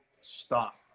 stop